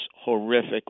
horrific